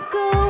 go